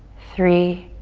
three,